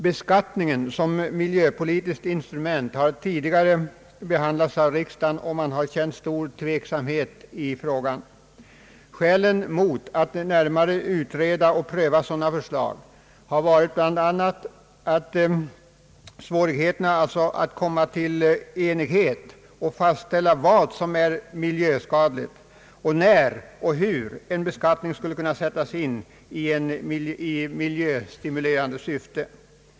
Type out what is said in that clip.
Beskattningen som miljöpolitiskt instrument har tidigare behandlats av riksdagen, och man har känt stor tveksamhet i frågan. Skälen mot att närmare utreda och pröva sådana förslag har varit bl.a. svårigheterna att komma till enighet och fastställa vad som är miljöskadligt och när och hur en beskattning skulle kunna sättas in i miljövårdsstimulerande syfte.